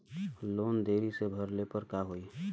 Loan देरी से भरले पर का होई?